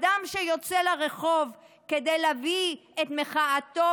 אדם שיוצא לרחוב כדי להביע את מחאתו